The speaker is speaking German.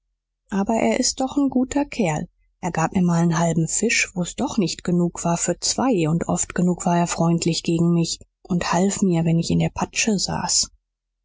aber er ist doch n guter kerl er gab mir mal n halben fisch wo's doch nicht genug war für zwei und oft genug war er freundlich gegen mich und half mir wenn ich in ner patsche saß